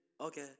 Okay